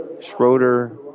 Schroeder